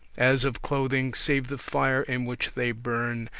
as of clothing, save the fire in which they burn,